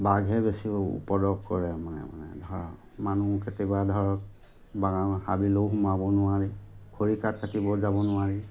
বাঘে বেছি উপদ্ৰৱ কৰে মানে মানুহ কেতিয়াবা ধৰক বাগান হাবিলৈও সোমাব নোৱাৰে খৰি কাঠ কাটিব যাব নোৱাৰি